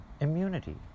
immunity